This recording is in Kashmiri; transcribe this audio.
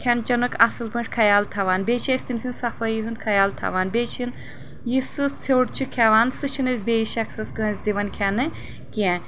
کھٮ۪ن چٮ۪نُک اصل پٲٹھۍ خیال تھاوان بیٚیہِ چھِ أسۍ تٔمۍ سٕنٛدِ صفٲیی ہُنٛد تھاوان بیٚیہِ چھِنہٕ یُس سُہ ژھیوٚٹ چھُ کھٮ۪وان سُہ چھِنہٕ أسۍ بیٚیِس شخصس کٲنٛسہِ دِوان کھٮ۪نہٕ کینٛہہ